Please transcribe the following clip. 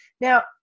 now